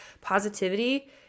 positivity